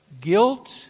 Guilt